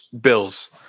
Bills